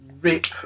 rip